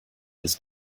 his